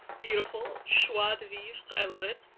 beautiful. schwa de vivre, i love it!